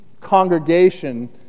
congregation